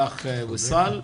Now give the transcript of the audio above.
תודה רבה לך, ויסאל,